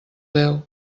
veu